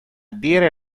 dire